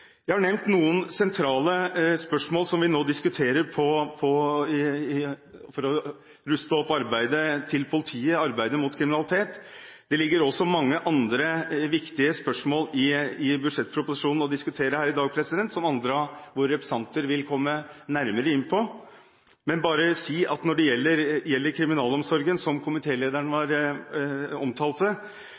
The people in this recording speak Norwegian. Jeg har nevnt noen sentrale spørsmål som vi nå diskuterer for å ruste opp arbeidet til politiet, arbeidet mot kriminalitet. Det ligger også mange andre viktige spørsmål å diskutere i budsjettproposisjonen, som andre av våre representanter vil komme nærmere inn på. Men jeg vil bare si at når det gjelder kriminalomsorgen, som komitélederen omtalte, er det